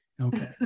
Okay